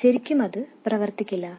ശരിക്കും അത് പ്രവർത്തിക്കില്ല